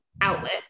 outlet